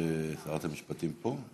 שרת המשפטים פה?